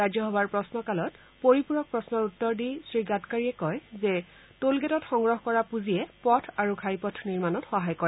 ৰাজ্যসভাৰ প্ৰশ্নকালত পৰিপূৰক প্ৰশ্নৰ উত্তৰ দি শ্ৰীগাডকাৰীয়ে কয় যে টোল গেটত সংগ্ৰহ কৰা পুঁজিয়ে পথ আৰু ঘাইপথ নিৰ্মণিত সহায় কৰে